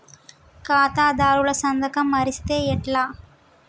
ఖాతాదారుల సంతకం మరిస్తే ఎట్లా?